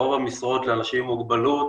רוב המשרות לאנשים עם מוגבלות